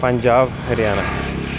Punjab Haryana